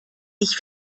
ich